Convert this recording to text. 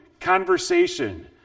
conversation